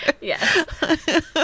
Yes